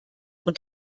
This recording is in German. und